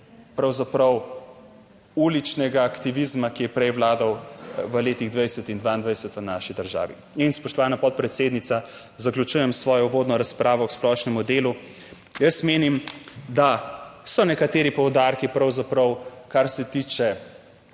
pravzaprav uličnega aktivizma, ki je prej vladal v letih 2020 in 2022 v naši državi. In spoštovana podpredsednica, zaključujem svojo uvodno razpravo k splošnemu delu. Jaz menim, da so nekateri poudarki pravzaprav, kar se tiče